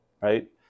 right